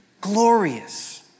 glorious